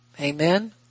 Amen